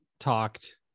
Talked